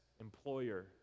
employer